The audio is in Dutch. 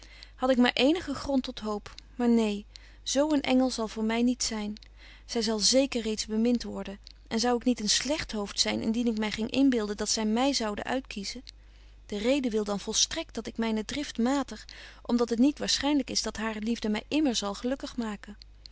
had ik maar eenigen grond tot hoop maar neen zo een engel zal voor my niet zyn zy zal zeker reeds bemint worden en zou ik niet een slegthoofd zyn indien ik my ging inbeelden dat zy my zoude uitkiezen de reden wil dan volstrekt dat ik myne drift matig om dat het niet waarschynlyk is dat hare liefde my immer zal gelukkig maken